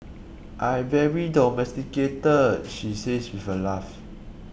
I very domesticated she says with a laugh